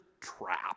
trap